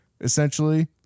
essentially